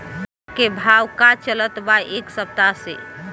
मुर्गा के भाव का चलत बा एक सप्ताह से?